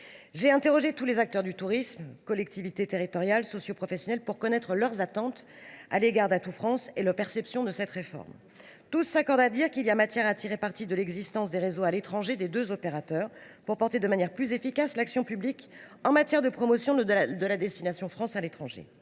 j’ai interrogé tous les acteurs du tourisme – collectivités territoriales, socioprofessionnels – pour connaître leurs attentes à l’égard d’Atout France, ainsi que leur perception de cette réforme. Tous s’accordent à dire qu’il y a matière à tirer parti de l’existence des réseaux des deux opérateurs à l’étranger pour porter de manière plus efficace l’action publique en matière de promotion de la destination France. Ils estiment